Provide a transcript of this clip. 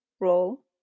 role